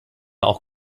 auch